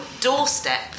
doorstep